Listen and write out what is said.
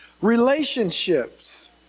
Relationships